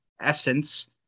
essence